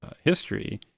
history